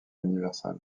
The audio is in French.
universal